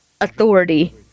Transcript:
authority